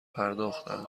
پرداختند